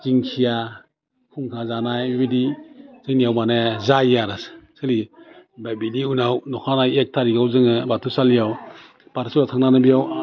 दिंखिया खुंखा जानाय बिबायदि जोंनियाव माने जायो आरो सोलियो ओमफ्राय बिनि उनाव अखानायै एक थारिकआव जोङो बाथौ सालियाव बाथौ सालियाव थांनानै बेयाव